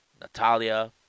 Natalia